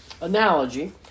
analogy